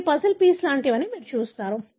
ఇవి puzzle piece లాంటివని మీరు చూస్తారు